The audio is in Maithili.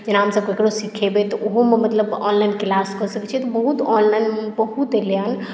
जेना हमसभ ककरहु सिखबै तऽ ओहोमे मतलब ऑनलाइन क्लास कऽ सकैत छै मतलब बहुत एलय हेँ ऑप्शन